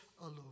alone